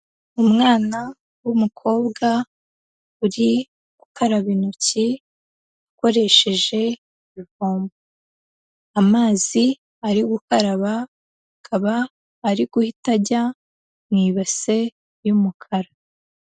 Umwana w'umukobwa urigukaraba intoki ukoresheje amazi arigukaraba akaba ariguhita ajya mu ibase y'umukara.